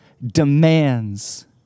Demands